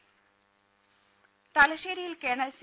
ദേദ തലശ്ശേരിയിൽ colonel C